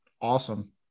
awesome